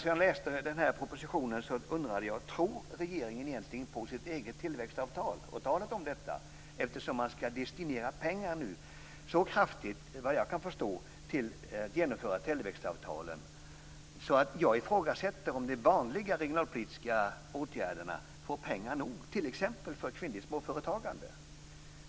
När jag läste propositionen undrade jag nästan om regeringen tror på sitt eget tillväxtavtal, eftersom man såvitt jag kan förstå så kraftigt destinerar pengar till genomförandet av tillväxtavtalen. Jag ifrågasätter om de vanliga regionalpolitiska åtgärderna får pengar nog - t.ex. åtgärderna för kvinnligt småföretagande.